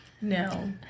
No